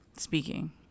speaking